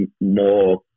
more